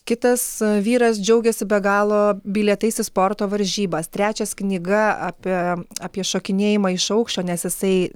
kitas vyras džiaugėsi be galo bilietais į sporto varžybas trečias knyga apie apie šokinėjimą iš aukščio nes jisai